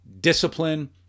discipline